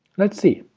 let's see.